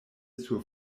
sur